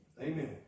Amen